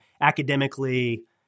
academically